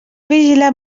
vigilar